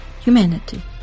humanity